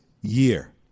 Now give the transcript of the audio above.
year